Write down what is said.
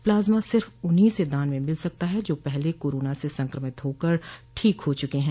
plasma सिर्फ उन्हीं से दान में मिल सकता है जो पहले कोरोना से संक्रमित होकर ठीक हो चुके है